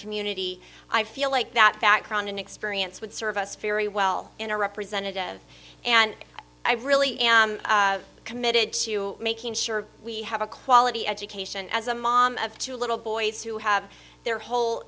knitty i feel like that background and experience would serve us very well in a representative and i really am committed to making sure we have a quality education as a mom of two little boys who have their